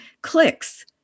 clicks